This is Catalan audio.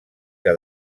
que